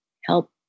help